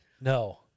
No